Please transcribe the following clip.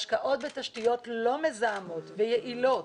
השקעות בתשתיות לא מזהמות ויעילות